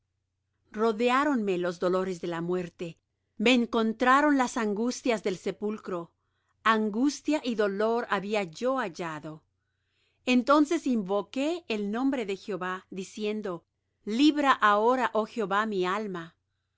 días rodeáronme los dolores de la muerte me encontraron las angustias del sepulcro angustia y dolor había yo hallado entonces invoqué el nombre de jehová diciendo libra ahora oh jehová mi alma